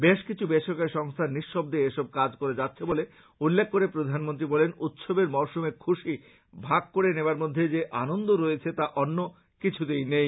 বেশকিছু বেসরকারি সংস্থা নিঃশব্দে এসব কাজ করে যাচ্ছে বলে উল্লেখ করে প্রধানমন্ত্রী বলেন উৎসবের মরশুমে খুশি ভাগ করে নেবার মধ্যে যে আনন্দ রয়েছে তা অন্য কিছুতে নেই